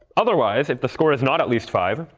otherwise, if the score is not at least five,